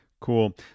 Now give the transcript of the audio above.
Cool